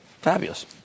Fabulous